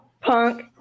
Punk